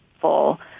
full